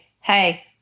hey